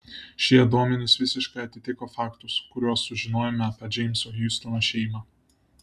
šie duomenys visiškai atitiko faktus kuriuos sužinojome apie džeimso hiustono šeimą